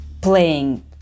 playing